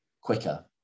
quicker